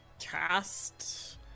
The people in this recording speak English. cast